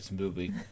movie